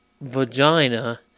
vagina